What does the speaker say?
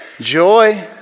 Joy